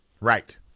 Right